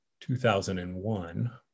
2001